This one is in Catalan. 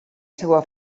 seva